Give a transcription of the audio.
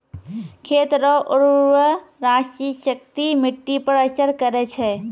खेत रो उर्वराशक्ति मिट्टी पर असर करै छै